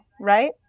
right